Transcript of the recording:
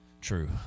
True